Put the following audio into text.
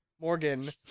Morgan